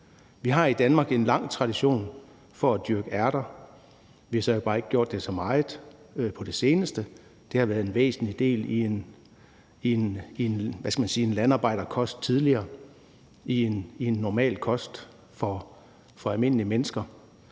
Vi har i Danmark en lang tradition for at dyrke ærter. Vi har så bare ikke gjort det så meget på det seneste. Det har tidligere været en væsentlig del af en landarbejderkost, altså i almindelige menneskers